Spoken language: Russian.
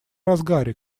разгаре